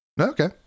Okay